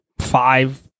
five